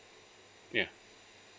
ya